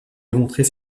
démontrer